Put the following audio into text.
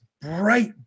bright